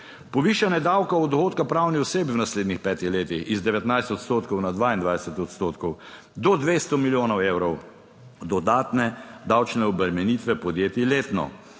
Povišanje davka od dohodka pravnih oseb v naslednjih 5 letih iz 19 odstotkov na 22 odstotkov do 200 milijonov evrov dodatne davčne obremenitve podjetij letno.